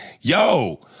yo